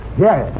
yes